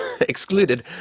excluded